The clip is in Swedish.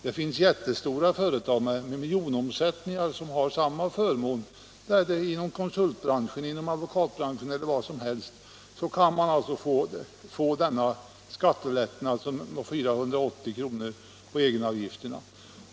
Det finns jättestora företag med miljonomsättningar som har samma förmån, t.ex. företag inom konsultbranschen, advokatbranschen osv. De kan alltså också få denna skattelättnad om 480 kr. på egenavgifterna.